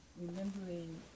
remembering